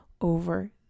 over